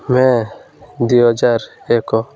ମେ' ଦୁଇହଜାର ଏକ